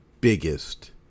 biggest